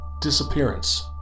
disappearance